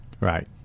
right